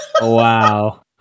Wow